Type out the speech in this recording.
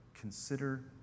consider